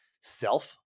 self